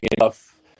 enough